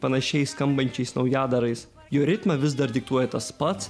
panašiai skambančiais naujadarais jo ritmą vis dar diktuoja tas pats